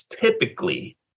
typically